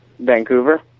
Vancouver